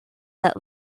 that